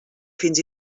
fins